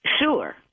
Sure